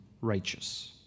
righteous